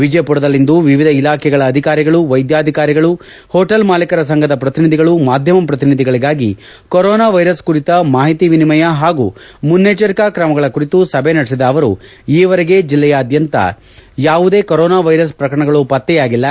ವಿಜಯಪುರದಲ್ಲಿಂದು ವಿವಿಧ ಇಲಾಖೆಗಳ ಅಧಿಕಾರಿಗಳು ವೈದ್ಯಾಧಿಕಾರಿಗಳು ಹೊಟೇಲ್ ಮಾಲಿಕರ ಸಂಘದ ಪ್ರತಿನಿಧಿಗಳು ಮಾಧ್ಯಮ ಪ್ರತಿನಿಧಿಗಳಿಗಾಗಿ ಕರೋನಾ ವೈರಸ್ ಕುರಿತು ಮಾಹಿತಿ ವಿನಿಮಯ ಹಾಗೂ ಮುನ್ನೆಚ್ಚರಿಕಾ ಕ್ರಮಗಳ ಕುರಿತು ಸಭೆ ನಡೆಸಿದ ಅವರು ಈವರೆಗೆ ಜಿಲ್ಲೆಯಾದ್ಧಂತ ಯಾವುದೇ ಕರೋನಾ ವೈರಸ್ ಪ್ರಕರಣಗಳು ಪತ್ತೆಯಾಗಿಲ್ಲ